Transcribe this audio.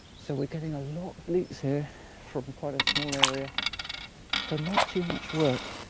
so we're getting a lot of leeks here from quite a small area for not too much work.